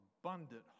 abundant